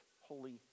holy